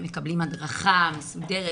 הם מקבלים הדרכה מסודרת.